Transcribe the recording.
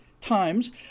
times